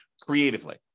creatively